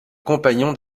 compagnon